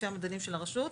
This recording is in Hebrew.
לפי המדדים של הרשות,